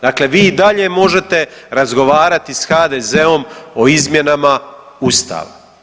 Dakle vi i dalje možete razgovarati s HDZ-om o izmjenama Ustava.